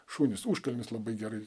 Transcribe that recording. šunys užkalnis labai gerai